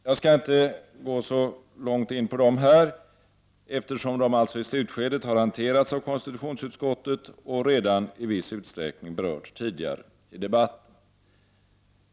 Jag skall inte gå närmare in på dem här, eftersom de i slutskedet har hanterats av konstitutionsutskottet och redan i viss utsträckning berörts tidigare i debatten.